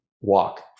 walk